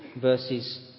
verses